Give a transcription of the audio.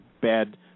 bad